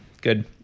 Good